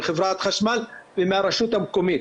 מחברת חשמל ומהרשות המקומית.